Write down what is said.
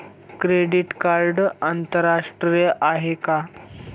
Credit card आंतरराष्ट्रीय आहे का?